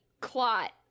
clot